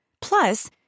Plus